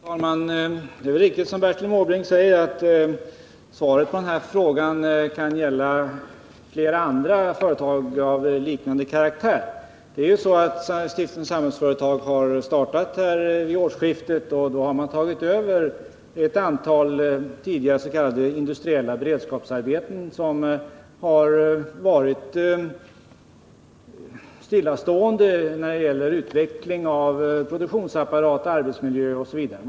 Herr talman! Det är väl riktigt som Bertil Måbrink säger, att svaret på frågan kan gälla flera andra företag av liknande karaktär. Stiftelsen Samhällsföretag har ju startat vid årsskiftet och då tagit över ett antal tidigare s.k. industriella beredskapsarbeten där utvecklingen har stått stilla när det gäller produktionsapparat, arbetsmiljö osv.